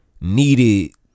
Needed